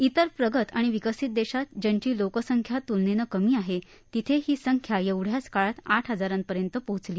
इतर प्रगत आणि विकसित देशात ज्यांची लोकसंख्या तूलनेनं कमी आहे तिथे ही संख्या एवढ्याच काळात आठ हजारापर्यंत पोहोचली